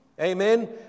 Amen